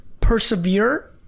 persevere